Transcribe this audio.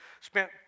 spent